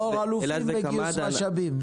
אור אלופים בגיוס משאבים.